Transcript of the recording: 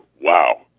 wow